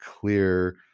clear